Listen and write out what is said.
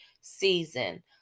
season